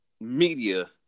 media